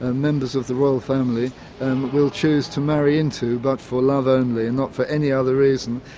ah members of the royal family will choose to marry into, but for love only, not for any other reason,